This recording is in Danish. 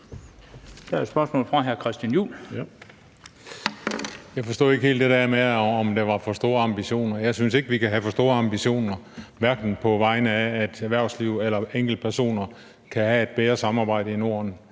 Christian Juhl. Kl. 14:05 Christian Juhl (EL): Jeg forstod ikke helt det der med, at der var for store ambitioner. Jeg synes ikke, vi kan have for store ambitioner for, at erhvervsliv eller enkeltpersoner kan have et bedre samarbejde i Norden.